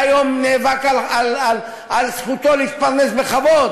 שהיום נאבק על זכותו להתפרנס בכבוד